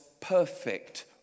perfect